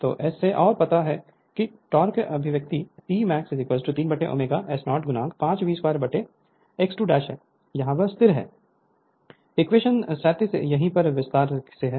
तो S से और पता है कि टोक़ अभिव्यक्ति T max3ω S05 V 2x 2 यहाँ यह विस्तार से है इक्वेशन 37 यहीं पर विस्तार से है